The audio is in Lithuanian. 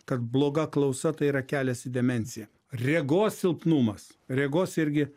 kad bloga klausa tai yra kelias į demenciją regos silpnumas regos irgi